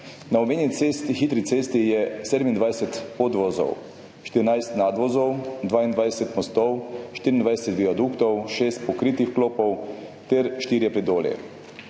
Na omenjeni hitri cesti je 27 podvozov, 14 nadvozov, 22 mostov, 24 viaduktov, šest pokritih vkopov ter štirje